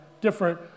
different